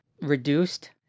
Reduced